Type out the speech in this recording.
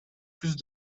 plus